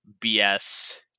BS